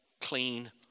clean